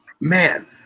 Man